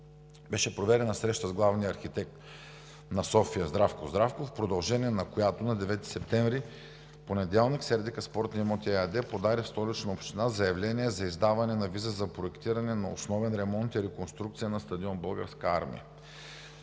Беше проведена среща с главния архитект на София Здравко Здравков, в продължение на която на 9 септември, понеделник, „Сердика спортни имоти“ ЕАД подаде в Столична община заявление за издаване на виза за проектиране на основен ремонт и реконструкция на стадион „Българска армия“.